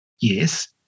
yes